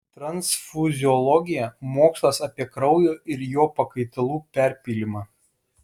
transfuziologija mokslas apie kraujo ir jo pakaitalų perpylimą